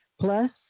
plus